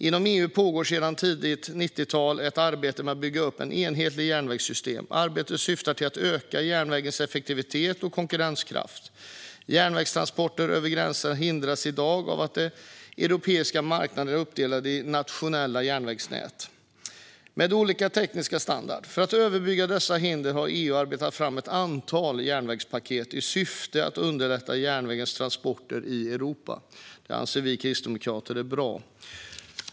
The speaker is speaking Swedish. Inom EU pågår sedan tidigt 90-tal ett arbete med att bygga upp ett enhetligt järnvägssystem. Arbetet syftar till att öka järnvägens effektivitet och konkurrenskraft. Järnvägstransporter över gränserna hindras i dag av att den europeiska marknaden är uppdelad i nationella järnvägsnät med olika teknisk standard. För att överbrygga dessa hinder har EU arbetat fram ett antal järnvägspaket, i syfte att underlätta järnvägens transporter i Europa. Det anser vi kristdemokrater är bra.